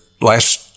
last